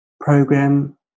program